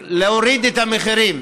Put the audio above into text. שם להוריד את המחירים,